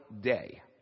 day